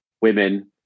women